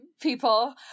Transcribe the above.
people